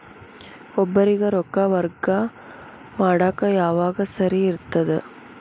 ಒಬ್ಬರಿಗ ರೊಕ್ಕ ವರ್ಗಾ ಮಾಡಾಕ್ ಯಾವಾಗ ಸರಿ ಇರ್ತದ್?